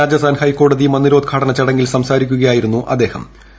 രാജസ്ഥാൻ ഹൈക്കോടതി മന്ദിരോദ്ഘാടന ചടങ്ങിൽ സംസാരിക്കുകയായിരുന്നു രാഷ്ട്രപതി